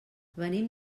venim